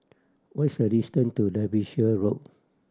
what is a distance to Derbyshire Road